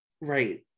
Right